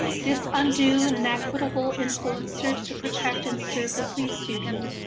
this undo and an equitable influencers to protect and serve the police union,